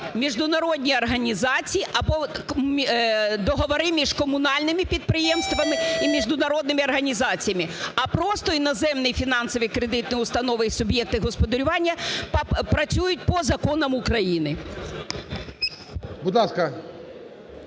міжнародні організації або договори між комунальними підприємствами і міжнародними організаціями. А просто іноземні фінансово-кредитні установи і суб'єкти господарювання працюють по законам України.